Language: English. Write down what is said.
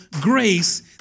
grace